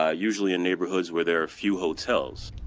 ah usually in neighborhoods where there are few hotels